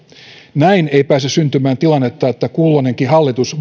näin ei pääse syntymään tilannetta että kulloinenkin hallitus